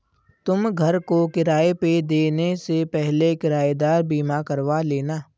तुम घर को किराए पे देने से पहले किरायेदार बीमा करवा लेना